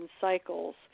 cycles